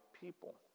people